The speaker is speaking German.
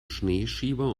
schneeschieber